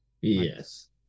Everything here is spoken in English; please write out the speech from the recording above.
Yes